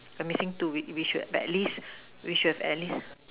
I'm missing two we should by list we should by list